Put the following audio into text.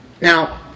Now